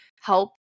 help